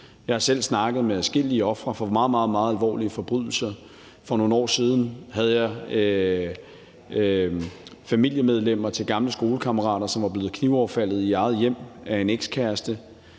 Jeg har selv snakket med adskillige ofre for meget, meget alvorlige forbrydelser. For nogle år siden talte jeg med familiemedlemmer til en gammel skolekammerat, som var blevet knivoverfaldet i eget hjem af en ekskæreste,